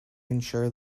ensure